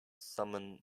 summon